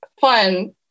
fun